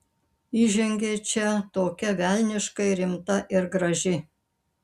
įžengei čia tokia velniškai rimta ir graži